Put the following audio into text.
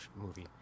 movie